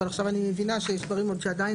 אבל עכשיו אני מבינה שיש דברים עוד שעדיין